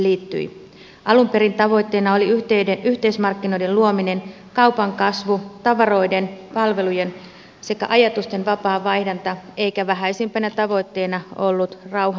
alun perin tavoitteena oli yhteismarkkinoiden luominen kaupan kasvu tavaroiden palvelujen sekä ajatusten vapaa vaihdanta eikä vähäisimpänä tavoitteena ollut rauha maiden välillä